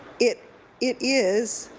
it it is